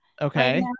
Okay